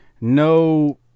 No